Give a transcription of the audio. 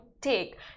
take